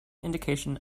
indication